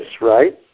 right